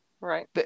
Right